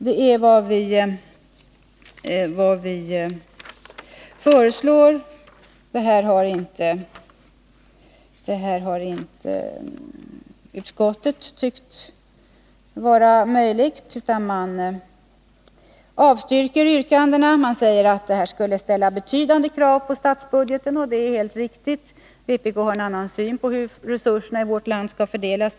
Det är vad vi föreslår. Det här har inte utskottet ansett vara möjligt, utan man avstyrker yrkandena. Man säger att ett genomförande av förslagen skulle ställa betydande krav på statsbudgeten. Det är helt riktigt. Vpk har en helt annan syn på hur resurserna i vårt land skall fördelas.